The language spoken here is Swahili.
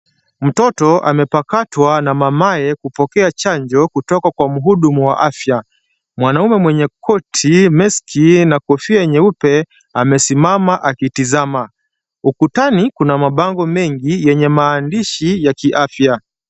Mtoto amepakatwa na mamaye kupokea chanjo kutoka kwa mhudumu wa afya. Mwanaume mwenye koti, mask na kofia nyeupe amesimama akitazama. Ukutani kuna mabango mengi yenye maandishi ya kiafya.